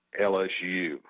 LSU